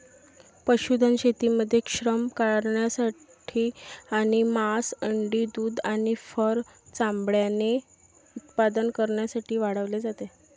पशुधन शेतीमध्ये श्रम करण्यासाठी आणि मांस, अंडी, दूध आणि फर चामड्याचे उत्पादन करण्यासाठी वाढवले जाते